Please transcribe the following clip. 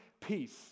peace